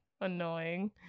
annoying